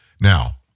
Now